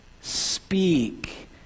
speak